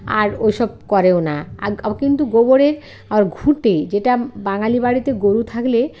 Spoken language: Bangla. আর ওসব করেও না কিন্তু গোবরের ঘুঁটে যেটা বাঙালি বাড়িতে গরু থাকলে